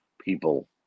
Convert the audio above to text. people